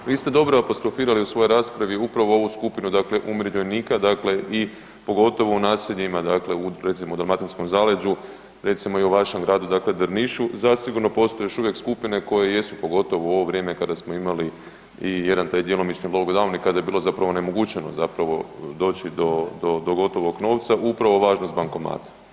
Vi ste dobro apostrofirali u svojoj raspravi upravo ovu skupinu dakle umirovljenika dakle i pogotovo u naseljima recimo u dalmatinskom zaleđu recimo i u vašem gradu dakle Drnišu zasigurno postoje još uvijek skupine koje jesu pogotovo u ovo vrijeme kada smo imali i jedan taj djelomični lockdown i kada je bilo zapravo onemogućeno zapravo doći do gotovo novca upravo važnost bankomata.